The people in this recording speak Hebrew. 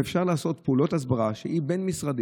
ואפשר לעשות פעולות הסברה בין-משרדיות,